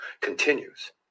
continues